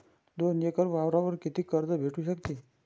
दोन एकर वावरावर कितीक कर्ज भेटू शकते?